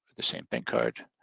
the same bank card.